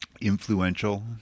influential